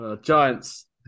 Giants